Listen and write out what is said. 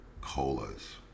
colas